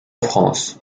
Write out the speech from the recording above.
france